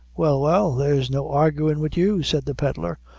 well, well, there's no arguin' wid you, said the pedlar,